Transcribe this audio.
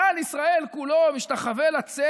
ואם כלל עם ישראל כולו משתחווה לצלם,